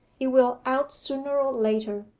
it will out sooner or later,